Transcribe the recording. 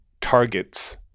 targets